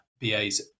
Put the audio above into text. BAs